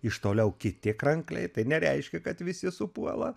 iš toliau kiti krankliai tai nereiškia kad visi supuola